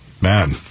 Man